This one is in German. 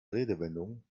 redewendungen